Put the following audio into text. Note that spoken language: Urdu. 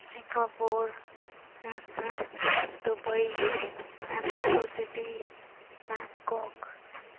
سنگا پور London Dubai Mexico City Bangkok